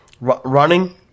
Running